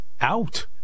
Out